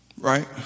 Right